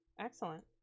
excellent